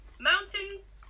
mountains